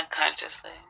Unconsciously